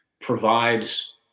provides